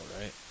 right